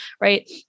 right